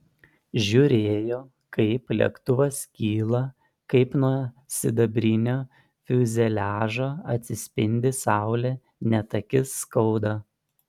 žiūrėjo kaip lėktuvas kyla kaip nuo sidabrinio fiuzeliažo atsispindi saulė net akis skauda